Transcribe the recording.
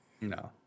No